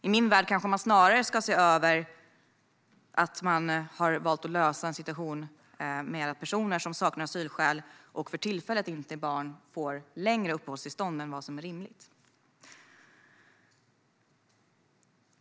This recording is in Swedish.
I min värld ska vi kanske snarare se över att man har valt att lösa en situation med att personer som saknar asylskäl och för tillfället inte är barn får längre uppehållstillstånd än vad som är rimligt.